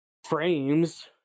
Frames